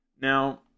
now